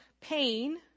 pain